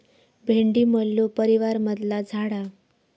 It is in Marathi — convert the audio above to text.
भेंडी मल्लू परीवारमधला झाड हा